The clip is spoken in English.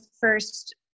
first